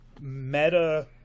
meta